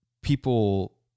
people